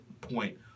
point